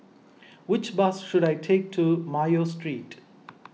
which bus should I take to Mayo Street